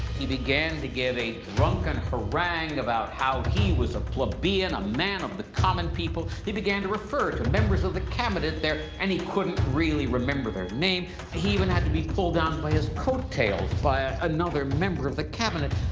he began to give a drunken harangue about how he was a plebian, a man of the common people. he began to refer to members of the cabinet there. and he couldn't really remember their names. he even had to be pulled down by his coattails by ah another member of the cabinet.